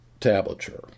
tablature